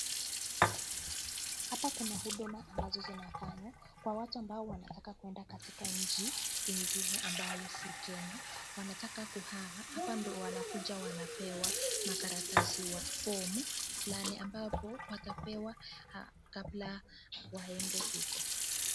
Hapa kuna huduma ambazo zinafanywa kwa watu ambao wanataka kwenda katika nchi ingine ambayo si Kenya. Wanataka kuhama, hapa ndio wanakuja wanapewa makaratasi wa fomu fulani ambapo watapewa kabla waende huko.